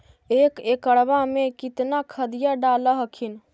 एक एकड़बा मे कितना खदिया डाल हखिन?